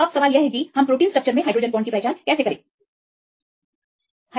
तो अब हम प्रोटीन स्ट्रक्चरस में इस हाइड्रोजन बांड की पहचान कर सकते हैं